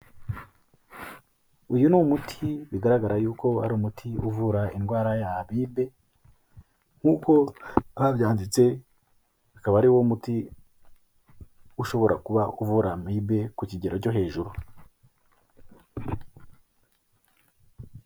Uyu ni umuti bigaragara yuko ari umuti uvura indwara ya amibe nk'uko babyanditse akaba ari wo muti ushobora kuba uvura amibe ku kigero cyo hejuru.